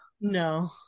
No